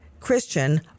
Christian